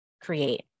create